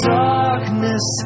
darkness